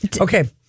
Okay